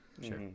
Sure